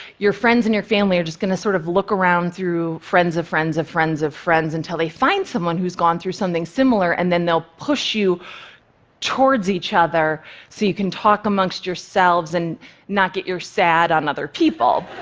your friends and your family are just going to sort of look around through friends of friends of friends of friends until they find someone who's gone through something similar, and then they'll push you towards each other so you can talk amongst yourselves and not get your sad on other people.